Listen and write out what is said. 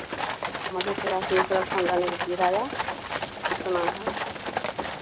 मधेपुरा सिंहेश्वर स्थान जाने का किराया कितना है